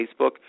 Facebook